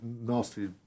nasty